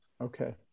okay